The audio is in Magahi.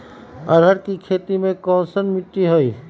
अरहर के खेती मे कैसन मिट्टी होइ?